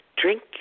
Drink